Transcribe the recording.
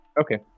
Okay